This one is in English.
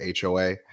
HOA